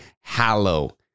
Hallow